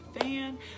fan